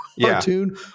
cartoon